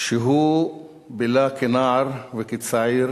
שבילה כנער וכצעיר